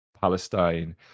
Palestine